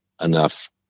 enough